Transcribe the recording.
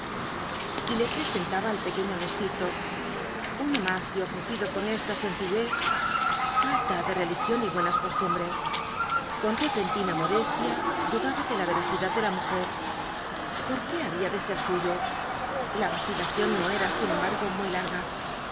y le presentaba el pequeño mestizo uno más y ofrecido con esta sencillez falta de religión y buenas costumbres con repentina modestia dudaba de la veracidad de la mujer por qué había de ser precisamente suyo la vacilación no era sin embargo muy larga